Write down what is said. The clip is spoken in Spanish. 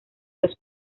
los